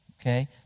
okay